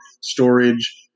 storage